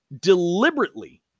deliberately